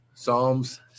Psalms